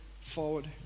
forward